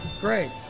Great